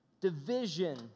division